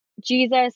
Jesus